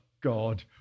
God